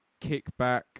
kickback